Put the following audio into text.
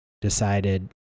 decided